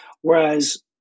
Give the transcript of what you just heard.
Whereas